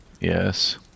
Yes